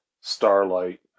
starlight